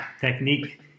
technique